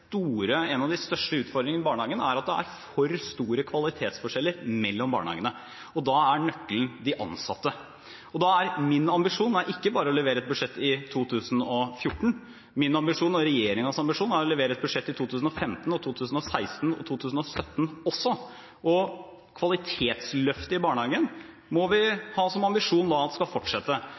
største utfordringene i barnehagene er at det er for store kvalitetsforskjeller mellom barnehagene. Da er nøkkelen de ansatte. Min ambisjon er ikke bare å levere budsjett i 2014 – min og regjeringens ambisjon er å levere et budsjett i 2015, 2016 og 2017 også. Kvalitetsløftet i barnehagen må vi ha som ambisjon at skal fortsette.